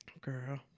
Girl